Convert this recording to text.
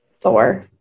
Thor